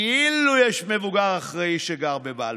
כאילו יש מבוגר אחראי שגר בבלפור.